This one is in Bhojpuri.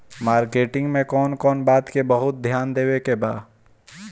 मार्केटिंग मे कौन कौन बात के बहुत ध्यान देवे के बा?